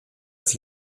sich